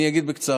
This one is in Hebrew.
אני אגיב בקצרה.